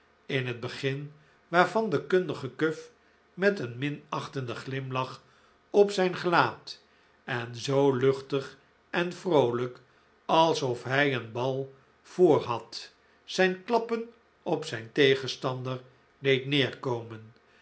in het begin waarvan de kundige cuff met een minachtenden glimlach op zijn gelaat en zoo luchtig en vroolijk alsof hij een bal voor had zijn klappen op zijn tegenstander deed neerkomen